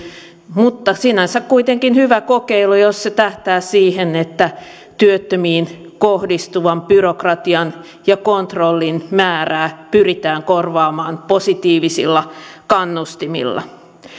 mutta sinänsä kuitenkin hyvä kokeilu jos se tähtää siihen että työttömiin kohdistuvan byrokratian ja kontrollin määrää pyritään korvaamaan positiivisilla kannustimilla